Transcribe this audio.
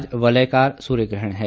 आज वलयाकार सूर्यग्रहण है